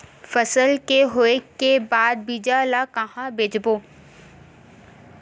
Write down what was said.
फसल के होय के बाद बीज ला कहां बेचबो?